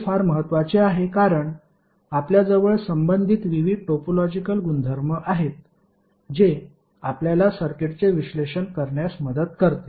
हे फार महत्वाचे आहे कारण आपल्याजवळ संबंधित विविध टोपोलॉजिकल गुणधर्म आहेत जे आपल्याला सर्किटचे विश्लेषण करण्यास मदत करते